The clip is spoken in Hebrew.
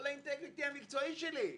לא ליושרה המקצועית שלי.